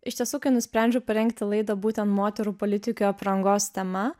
iš tiesų kai nusprendžiau parengti laidą būtent moterų politikių aprangos tema